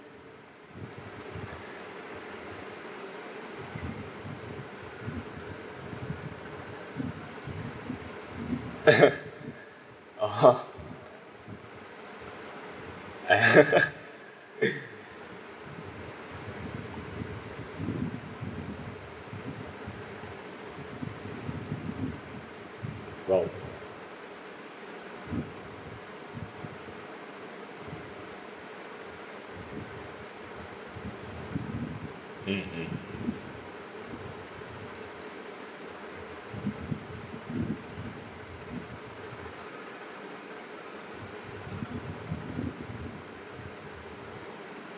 !wow! mmhmm